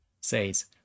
says